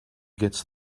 gets